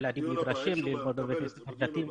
כאשר הילדים נדרשים ללמוד בבתי ספר דתיים.